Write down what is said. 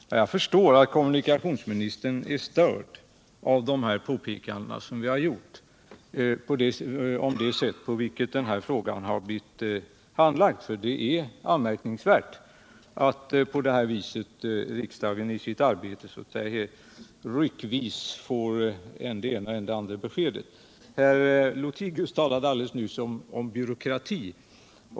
Herr talman! Jag förstår att kommunikationsministern är störd av de påpekanden som vi har gjort om det sätt på vilket frågan har blivit handlagd — för det är anmärkningsvärt att riksdagen på det här viset i sitt arbete ryckvis får än det ena och än det andra beskedet. Herr Lothigius talade alldeles nyss om byråkrati.